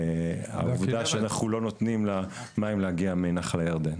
והעובדה שאנחנו לא נותנים למים להגיע מנחל הירדן.